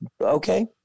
Okay